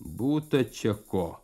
būta čia ko